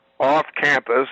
off-campus